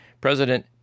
President